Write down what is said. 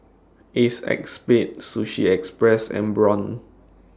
Ace X Spade Sushi Express and Braun